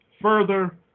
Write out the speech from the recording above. further